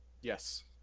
Yes